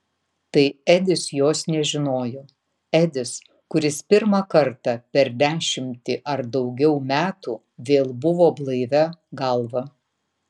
tai edis jos nežinojo edis kuris pirmą kartą per dešimtį ar daugiau metų vėl buvo blaivia galva